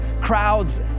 crowds